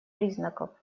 признаков